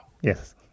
Yes